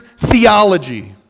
theology